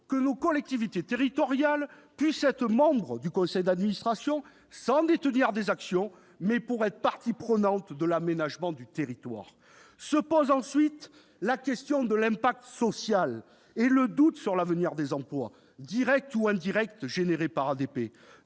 que nos collectivités territoriales puissent être membres du conseil d'administration, sans devoir détenir des actions, pour être parties prenantes de l'aménagement du territoire. Il s'agit ensuite de l'impact social et des doutes quant à l'avenir des emplois, directs ou indirects, créés par ADP.